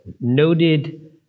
noted